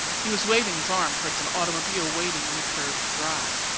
he was waving his arm towards an automobile waiting in the curved drive.